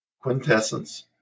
quintessence